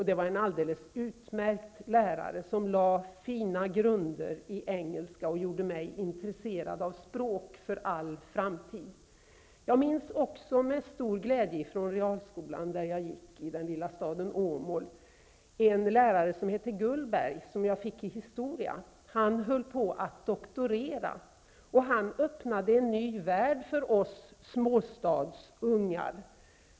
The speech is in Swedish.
Det var en alldeles utmärkt lärare, som lade fina grunder i engelska och gjorde mig intresserad av språk för all framtid. Jag minns också med stor glädje från realskolan i lilla staden Åmål en lärare som hette Gullberg. Han var min lärare i historia. Han höll på att doktorera. Han öppnade en helt ny värld för oss småstadsungar.